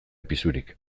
pisurik